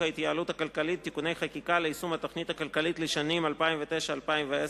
ההתייעלות הכלכלית (תיקוני חקיקה ליישום התוכנית הכלכלית לשנים 2009 ו-2010),